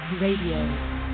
Radio